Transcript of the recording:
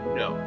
no